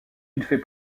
fait